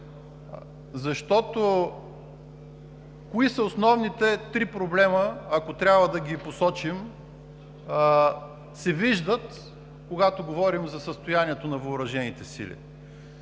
добър. Кои са основните три проблема, ако трябва да ги посочим, които се виждат, когато говорим за състоянието на въоръжените сили?